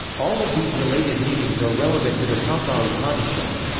all of these related meanings are relevant to the katha upanishad.